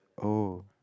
oh